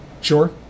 Sure